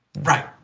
Right